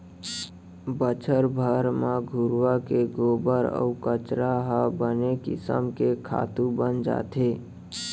बछर भर म घुरूवा के गोबर अउ कचरा ह बने किसम के खातू बन जाथे